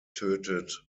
tötet